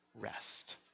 rest